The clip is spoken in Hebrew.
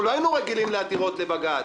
אנחנו לא היינו רגילים לעתירות לבג"ץ.